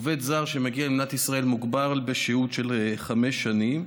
עובד זר שמגיע למדינת ישראל מוגבל בשהות של חמש שנים.